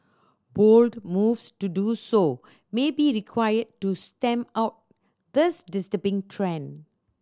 bold moves to do so may be required to stamp out this disturbing trend